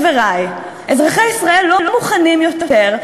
הריבון, אדוני, אתה מפריע לי.